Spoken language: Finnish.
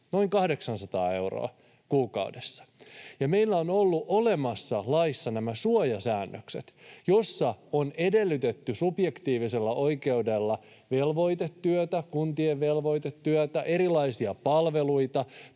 noin 800 euroa kuukaudessa. Meillä on ollut olemassa laissa nämä suojasäännökset, joissa on edellytetty subjektiivisella oikeudella velvoitetyötä, kuntien velvoitetyötä, erilaisia palveluita